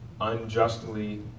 unjustly